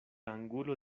angulo